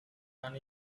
and